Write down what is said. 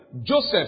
Joseph